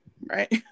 right